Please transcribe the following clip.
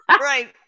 Right